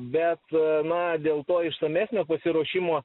bet na dėl to išsamesnio pasiruošimo